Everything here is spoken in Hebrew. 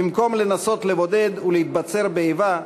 במקום לנסות לבודד ולהתבצר באיבה,